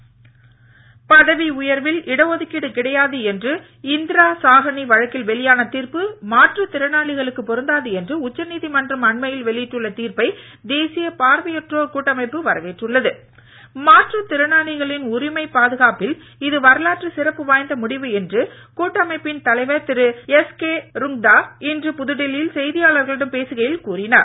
பதவி உயர்வு பதவி உயர்வில் இடஒதுக்கீடு கிடையாது என்று இந்திரா சாஹ்னி வழக்கில் வெளியான தீர்ப்பு மாற்றுத் திறனாளிகளுக்கு பொருந்தாது என்று உச்சநீதிமன்றம் அண்மையில் வெளியிட்டுள்ள தீர்ப்பை தேசிய பார்வையற்றோர் மாற்றுத் திறனாளிகளின் உரிமைப் பாதுகாப்பில் இது வரலாற்று சிறப்பு வாய்ந்த முடிவு என்று கூட்டமைப்பின் தலைவர் திரு எஸ்கே ருங்தா இன்று புதுடெல்லியில் செய்தியாளர்களிடம் பேசுகையில் கூறினார்